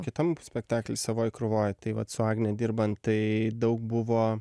kitam spektakly savoj krūvoj tai vat su agne dirbant tai daug buvo